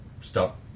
stop